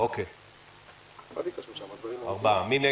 מי בעד?